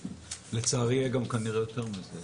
לצערי יהיה גם כנראה יותר מזה.